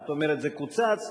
זאת אומרת זה קוצץ,